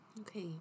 Okay